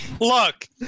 look